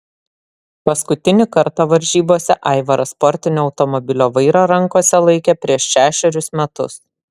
paskutinį kartą varžybose aivaras sportinio automobilio vairą rankose laikė prieš šešerius metus